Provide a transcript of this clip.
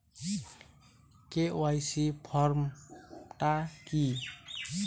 KYC form টা কি?